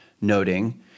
noting